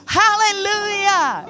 hallelujah